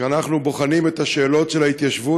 כשאנחנו בוחנים את השאלות של ההתיישבות,